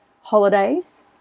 holidays